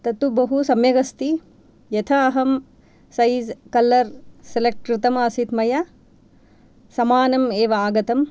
तत् तु बहु सम्यक् अस्ति यथा अहं सैज़् कलर् सेलेक्ट् कृतम् आसीत् मया समानम् एव आगतं